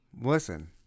Listen